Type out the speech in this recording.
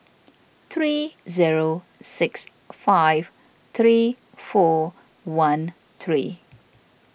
three zero six five three four one three